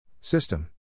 System